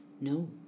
No